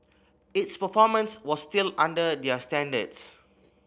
its performance was still under their standards